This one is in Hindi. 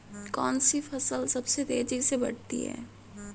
कौनसी फसल सबसे तेज़ी से बढ़ती है?